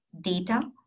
data